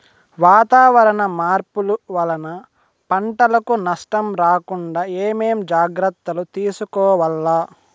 వాతావరణ మార్పులు వలన పంటలకు నష్టం రాకుండా ఏమేం జాగ్రత్తలు తీసుకోవల్ల?